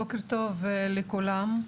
אימאן ח'טיב יאסין (רע"מ - רשימת האיחוד הערבי): בוקר טוב לכולם,